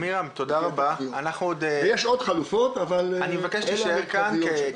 יש עוד חלופות אבל אלה המרכזיות.